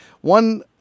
one